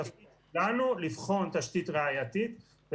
הגשנו סביב האירועים האחרונים,